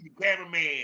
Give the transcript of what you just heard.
cameraman